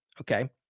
okay